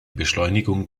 beschleunigung